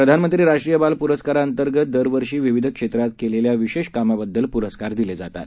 प्रधानमंत्रीराष्ट्रीयबालपुरस्कारांअंतर्गतदरवर्षीविविधक्षेत्रातकेलेल्याविशेषकामाबद्दलपुरस्कारदिलेजातात